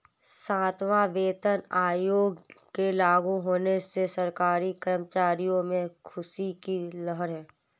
सातवां वेतन आयोग के लागू होने से सरकारी कर्मचारियों में ख़ुशी की लहर है